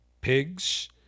pigs